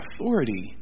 authority